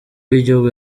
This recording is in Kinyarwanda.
w’igihugu